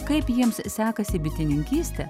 kaip jiems sekasi bitininkystę